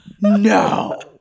No